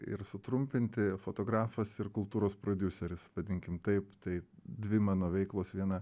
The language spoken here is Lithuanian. ir sutrumpinti fotografas ir kultūros prodiuseris vadinkim taip tai dvi mano veiklos viena